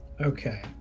okay